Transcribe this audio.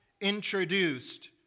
introduced